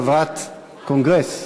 חברת קונגרס.